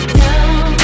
down